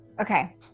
Okay